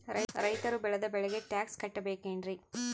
ರೈತರು ಬೆಳೆದ ಬೆಳೆಗೆ ಟ್ಯಾಕ್ಸ್ ಕಟ್ಟಬೇಕೆನ್ರಿ?